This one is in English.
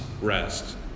rest